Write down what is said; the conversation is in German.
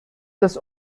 das